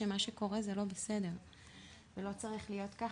שמה שקורה זה לא בסדר ולא צריך להיות ככה,